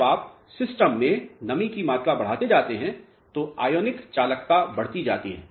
जब आप सिस्टम में नमी की मात्रा बढ़ाते जाते हैं तो ionic चालकता बढ़ती जाती है